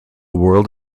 world